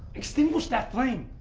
extinguish that flame!